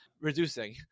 reducing